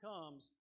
comes